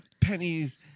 pennies